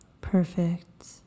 perfect